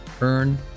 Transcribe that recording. Earn